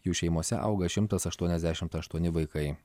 jų šeimose auga šimtas aštuoniasdešimt aštuoni vaikai